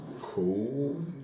cool